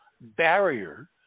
barrier